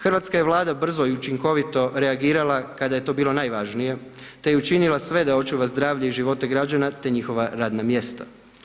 Hrvatska je Vlada brzo i učinkovito reagirala kada je to bilo najvažnije te je učinila sve da očuva zdravlje i živote građana te njihova radna mjesta.